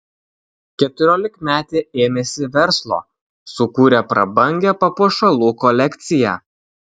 keturiolikmetė ėmėsi verslo sukūrė prabangią papuošalų kolekciją